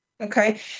Okay